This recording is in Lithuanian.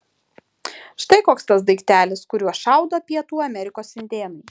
štai koks tas daiktelis kuriuo šaudo pietų amerikos indėnai